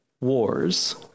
wars